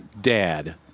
dad